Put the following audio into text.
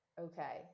Okay